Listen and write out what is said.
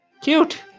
Cute